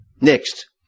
Next